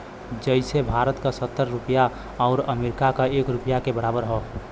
जइसे भारत क सत्तर रुपिया आउर अमरीका के एक रुपिया के बराबर हौ